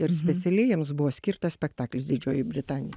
ir specialiai jiems buvo skirtas spektaklis didžiojoj britanij